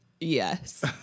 Yes